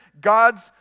God's